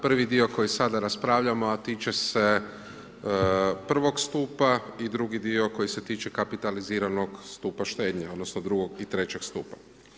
Prvi dio koji sada raspravljamo, a tiče se prvog stupa i drugi dio koji se tiče kapitaliziranog stupa štednje odnosno drugog i trećeg stupa.